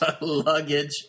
luggage